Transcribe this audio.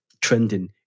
trending